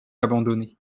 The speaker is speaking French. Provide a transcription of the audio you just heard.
abandonné